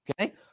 Okay